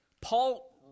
Paul